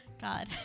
God